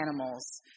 animals